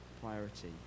priority